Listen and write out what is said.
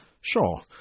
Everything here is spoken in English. Sure